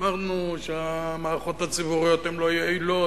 אמרנו שהמערכות הציבוריות הן לא יעילות,